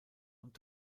und